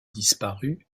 disparu